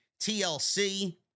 TLC